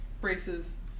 Braces